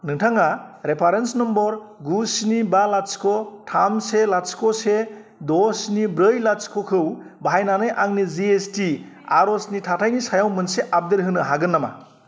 नोंथाङा reference number गु स्नि बा लाथिख' थाम से लाथिख' से द' स्नि ब्रै लाथिख'खौ बाहायनानै आंनि जि एस टि आर'जनि थाथायनि सायाव मोनसे आपडेट होनो हागोन नामा